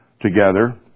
together